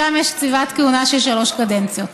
שם יש קציבת כהונה של שלוש קדנציות.